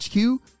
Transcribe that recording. HQ